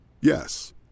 Yes